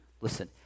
Listen